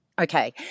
okay